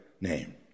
name